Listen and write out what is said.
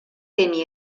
temi